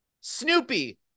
Snoopy